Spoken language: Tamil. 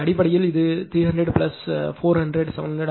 எனவே அடிப்படையில் இது 300 பிளஸ் 400 700 ஆக இருக்கும்